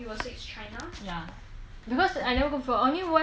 ya and the and the bathroom right the